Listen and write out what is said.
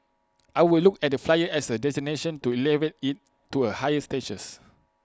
I would look at the flyer as A destination to elevate IT to A higher status